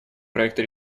проекты